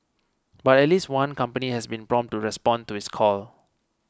but at least one company has been prompt to respond to his call